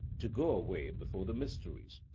to go away before the mysteries.